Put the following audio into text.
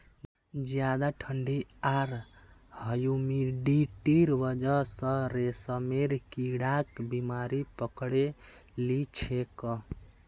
ज्यादा ठंडी आर ह्यूमिडिटीर वजह स रेशमेर कीड़ाक बीमारी पकड़े लिछेक